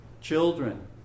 children